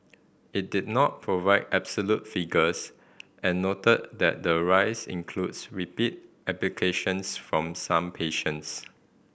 it did not provide absolute figures and noted that the rise includes repeat applications from some patients